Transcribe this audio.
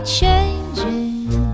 changing